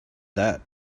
that